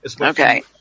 Okay